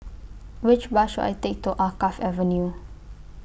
Which Bus should I Take to Alkaff Avenue